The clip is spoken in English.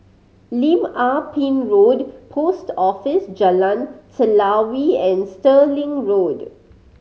Lim Ah Pin Road Post Office Jalan Telawi and Stirling Road